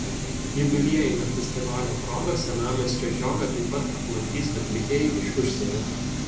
jubiliejinio festivalio proga senamiesčio žiogą taip pat aplankys atlikėjai iš užsienio